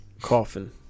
coffin